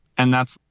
and that's,